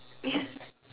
is